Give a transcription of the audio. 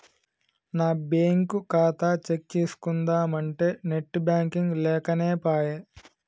నా బ్యేంకు ఖాతా చెక్ చేస్కుందామంటే నెట్ బాంకింగ్ లేకనేపాయె